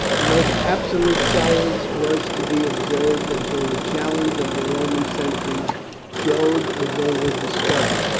the most absolute silence was to be observed until the challenge of the roman sentries showed that they were discovered,